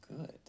good